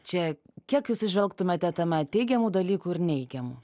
čia kiek jūs įžvelgtumėte tame teigiamų dalykų ir neigiamų